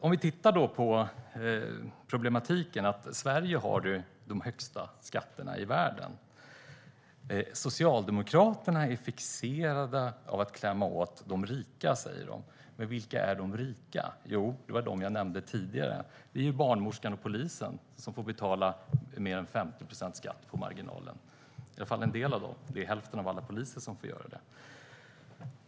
Om vi tittar på problematiken ser vi att Sverige har de högsta skatterna i världen. Socialdemokraterna är fixerade vid att klämma åt de rika, säger de, men vilka är de rika? Jo, det är dem jag nämnde tidigare, nämligen barnmorskan och polisen. De får betala mer än 50 procent skatt på marginalen, i alla fall en del av dem. Hälften av alla poliser får göra det.